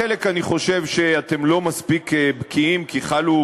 בחלק אני חושב שאתם לא מספיק בקיאים, כי חלו